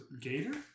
gator